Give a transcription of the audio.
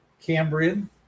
Cambrian